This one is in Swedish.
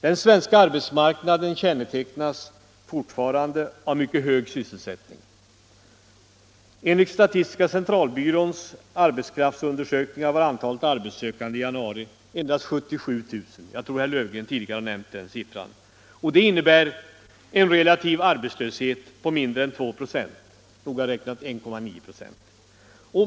Den svenska arbetsmarknaden kännetecknas fortfarande av mycket hög sysselsättning. Enligt statistiska centralbyråns arbetskraftsundersökning var antalet arbetssökande i januari endast 77 000 — jag tror att herr Löfgren tidigare har nämnt den siffran — och det innebär en relativ arbetslöshet på mindre än 2 96, noga räknat 1,9 96.